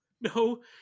no